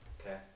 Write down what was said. okay